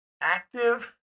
active